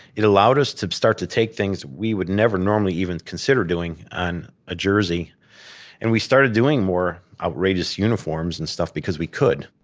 it allowed us to start to take things we would never normally even consider doing on a jersey and we started doing more outrageous uniforms and stuff because we could.